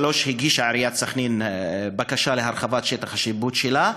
ב-2003 הגישה עיריית סח'נין בקשה להרחבת שטח השיפוט שלה,